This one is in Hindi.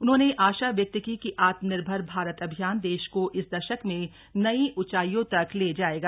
उन्होंने आशा व्यक्त की कि आत्मनिर्भर भारत अभियान देश को इस दशक में नई ऊंचाइयों तक ले जाएगा